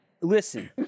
Listen